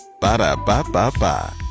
Ba-da-ba-ba-ba